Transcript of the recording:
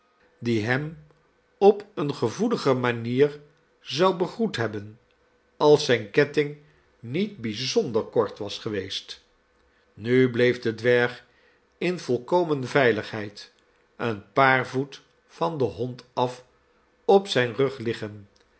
die hem op eene gevoelige manier zou begroet hebben als zijn ketting niet bijzonder kort was geweest nu bleef de dwerg in volkomen veiligheid een paar voet van den hond af op zijn rug liggen